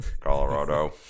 Colorado